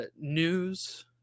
news